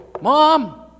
Mom